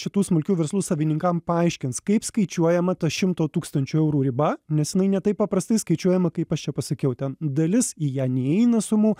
šitų smulkių verslų savininkam paaiškins kaip skaičiuojama ta šimto tūkstančių eurų riba nes jinai ne taip paprastai skaičiuojama kaip aš čia pasakiau ten dalis į ją neįeina sumų